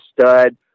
stud